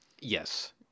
Yes